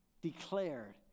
declared